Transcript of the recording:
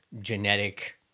genetic